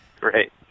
Great